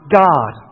god